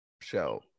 show